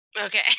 Okay